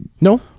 No